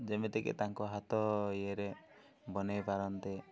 ଯେମିତିକି ତାଙ୍କ ହାତ ଇଏରେ ବନେଇ ପାରନ୍ତି